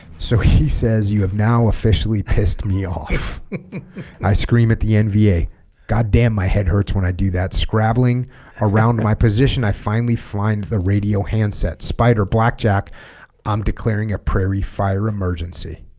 so he says you have now officially pissed me off i scream at the nva god damn my head hurts when i do that scrabbling around my position i finally find the radio handset spider blackjack i'm declaring a prairie fire emergency